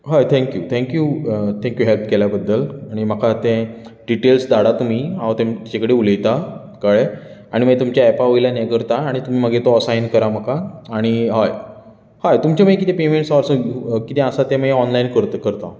हय thank you thank you thank you help केल्या बद्दल आनी म्हाका तें डिटेल्स धाडात तुमी हांव तांचे कडेन उलयतां कळ्ळे आनी मागीर तुमच्या एपा वयल्यान हें करता मागीर तुमी तो असायन करा म्हाका आनी हय हय तुमचे मागीर कितें पेमेंट्स आसा ते हांव ते कितें आसा ते हांव ओनलायन करतां मागीर